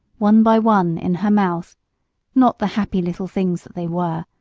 one by one in her mouth not the happy little things they were,